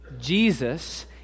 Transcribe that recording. Jesus